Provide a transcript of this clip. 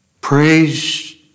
Praise